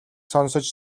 сонсож